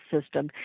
system